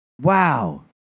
Wow